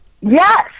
Yes